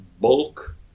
bulk